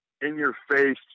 in-your-face